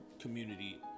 community